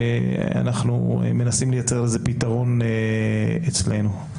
ואנחנו מנסים לייצר לזה פתרון אצלנו.